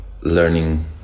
learning